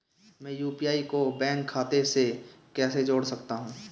मैं यू.पी.आई को बैंक खाते से कैसे जोड़ सकता हूँ?